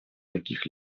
каких